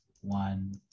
one